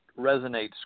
resonates